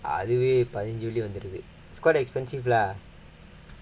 அதுவே பதினஞ்சு வெள்ளி வந்துடுது:adhuvae pathinanju velli vandhuduthu it's quite expensive lah